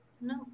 No